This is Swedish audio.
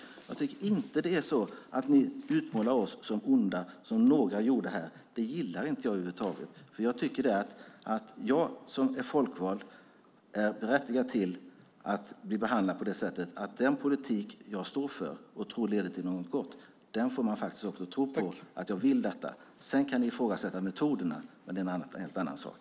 Men jag tycker inte om att ni utmålar oss som onda, som några gjorde här. Det gillar inte jag över huvud taget. Jag anser att jag som är folkvald är berättigad till att bli behandlad på det sättet att man tror på att jag vill något med den politik jag står för och som jag tror leder till något gott. Sedan kan ni ifrågasätta metoderna, men det är en helt annan sak.